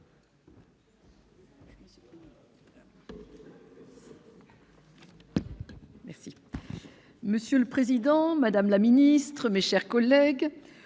Monsieur le président, madame la ministre, mes chers collègues,